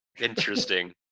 interesting